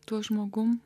tuo žmogumi